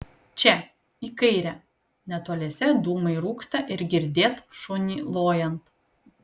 čia į kairę netoliese dūmai rūksta ir girdėt šunį lojant